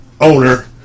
owner